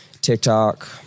TikTok